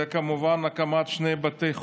הן כמובן ההחלטות על הקמת שני בתי חולים.